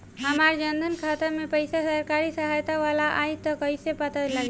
हमार जन धन खाता मे पईसा सरकारी सहायता वाला आई त कइसे पता लागी?